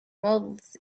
models